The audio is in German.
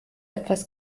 etwas